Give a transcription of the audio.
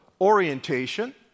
orientation